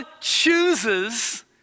chooses